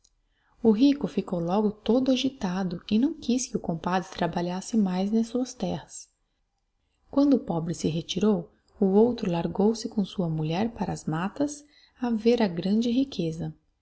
o rico ficou logo todo agitado e não quiz que o compadre trabalhasse mais nas suas terras quando o pobre se retirou o outro largou se com sua mulher para as mattas a ver a grande riqueza